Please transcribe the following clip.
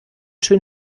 schön